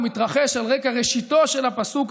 הוא מתרחש על רקע ראשיתו של הפסוק,